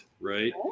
right